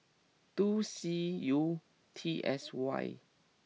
two C U T S Y